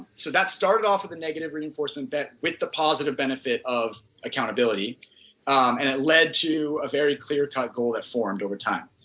so that started off with the negative reinforcement there with the positive benefit of accountability and it led to a very clear cycle that formed over time.